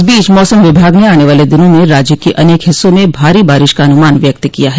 इस बीच मौसम विभाग ने आने वाले दिनों में राज्य के अनेक हिस्सो में भारी बारिश का अनुमान व्यक्त किया है